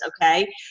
Okay